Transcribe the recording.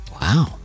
Wow